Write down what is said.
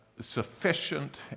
sufficient